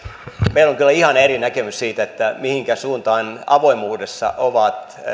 meillä on kyllä ihan eri näkemys siitä mihinkä suuntaan avoimuudessa ovat